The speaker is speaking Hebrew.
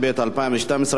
התשע"ב 2012,